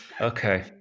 Okay